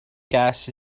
gas